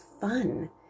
fun